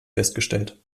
festgestellt